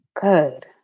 good